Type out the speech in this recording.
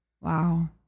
Wow